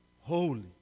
Holy